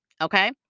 Okay